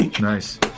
Nice